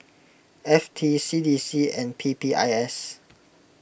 F T C D C and P P I S